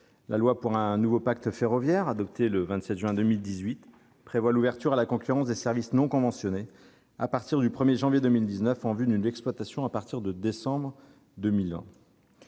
2018 pour un nouveau pacte ferroviaire prévoit l'ouverture à la concurrence des services non conventionnés à partir du 1 janvier 2019, en vue d'une exploitation à partir de décembre 2020.